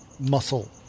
muscle